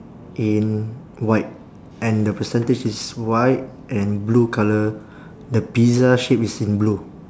in white and the percentage is white and blue colour the pizza shape is in blue